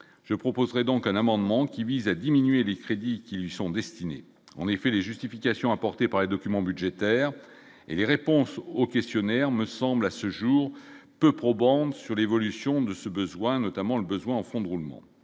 je proposerai donc un amendement qui vise à diminuer les crédits qui lui sont destinées, en effet, les justifications apportées par les documents budgétaires et les réponses au questionnaire me semble à ce jour peu probante sur l'évolution de ce besoin notamment le besoin en fonds de roulement,